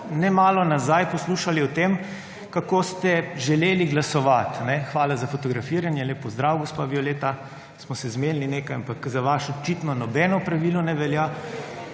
ne malo nazaj poslušali o tem, kako ste želeli glasovati. Hvala za fotografiranje, lep pozdrav, gospa Violeta, smo se zmenili nekaj, ampak za vaš očitno nobeno pravilo ne velja.